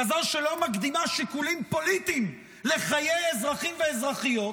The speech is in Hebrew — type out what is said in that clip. כזאת שלא מקדימה שיקולים פוליטיים לחיי אזרחים ואזרחיות,